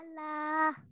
Hello